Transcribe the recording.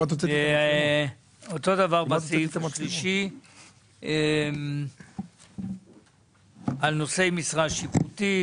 אותו דבר בסעיף השלישי על נושאי משרה שיפוטית,